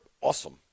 awesome